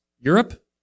Europe